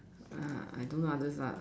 uh I do others lah